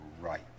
right